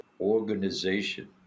organization